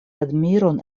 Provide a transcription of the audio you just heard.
admiron